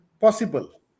Possible